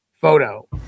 photo